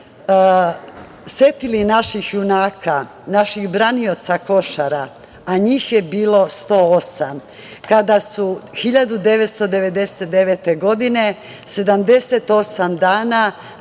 setili naših junaka, naših branioca Košara, a njih je bilo 108, kada su 1999. godine 78 dana